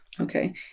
Okay